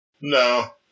No